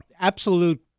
absolute